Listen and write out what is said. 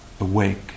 awake